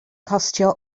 costio